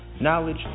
knowledge